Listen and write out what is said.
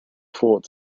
thought